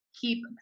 keep